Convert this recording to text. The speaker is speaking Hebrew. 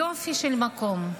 יופי של מקום,